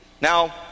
Now